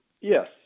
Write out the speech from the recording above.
Yes